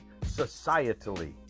societally